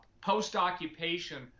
post-occupation